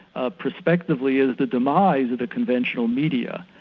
ah perspectively as the demise of the conventional media,